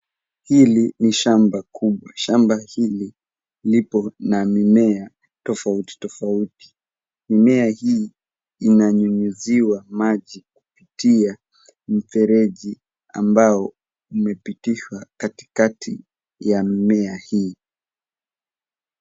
Hili ni shamba kubwa. Shamba hili lipo na mimea tofauti tofauti. Mimea hii inanyunyuziwa maji kupitia mfereji ambao umepitishwa katikati ya mimea hii.